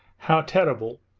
how terrible!